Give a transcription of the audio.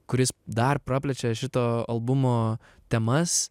kuris dar praplečia šito albumo temas